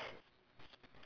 yes